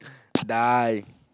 die